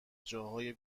جاهای